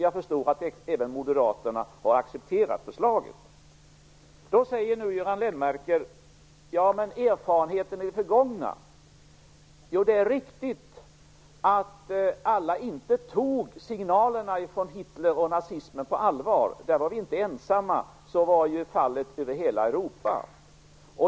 Jag förstår att även Moderaterna har accepterat förslaget. Nu säger Göran Lennmarker att vi inte skall glömma erfarenheterna i det förgångna. Det är riktigt att alla inte tog signalerna från Hitler och nazismen på allvar. Vi var inte ensamma om det. Så var ju fallet över hela Europa.